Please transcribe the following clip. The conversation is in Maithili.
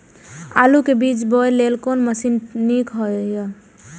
आलु के बीज बोय लेल कोन मशीन नीक ईय?